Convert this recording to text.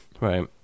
Right